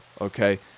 okay